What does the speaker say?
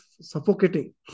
suffocating